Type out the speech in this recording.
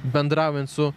bendraujant su